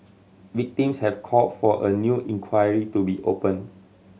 victims have call for a new inquiry to be open